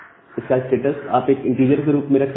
इसका स्टेटस आप एक इनटीजर के रूप में रख सकते हैं